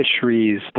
fisheries